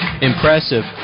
impressive